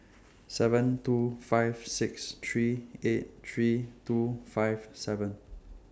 seven two five six three eight three two five seven